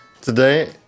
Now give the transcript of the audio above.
today